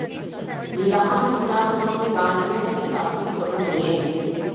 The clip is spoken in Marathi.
लहान मुलांकडून गांज्याची कापणी करू नये